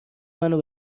منو